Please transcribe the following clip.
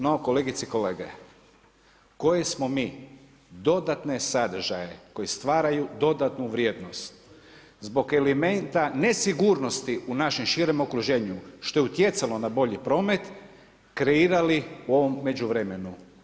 No kolegice i kolege koje smo mi dodatne sadržaje koji stvaraju dodatnu vrijednost zbog elementa nesigurnosti u našem širem okruženju što je utjecalo na bolji promet kreirali u ovom međuvremenu?